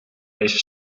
deze